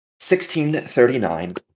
1639